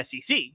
SEC